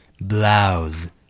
Blouse